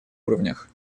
уровнях